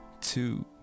two